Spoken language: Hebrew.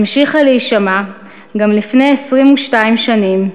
המשיכה להישמע גם לפני 22 שנים,